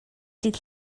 dydd